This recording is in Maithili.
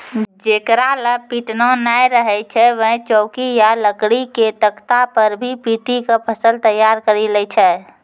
जेकरा लॅ पिटना नाय रहै छै वैं चौकी या लकड़ी के तख्ता पर भी पीटी क फसल तैयार करी लै छै